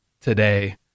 today